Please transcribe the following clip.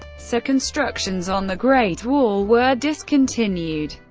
so constructions on the great wall were discontinued.